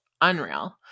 Unreal